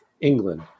England